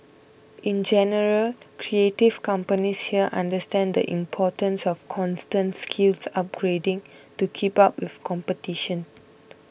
in general creative companies here understand the importance of constant skills upgrading to keep up with competition